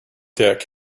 deck